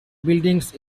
buildings